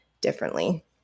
differently